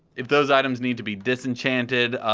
if those items need to be disenchanted,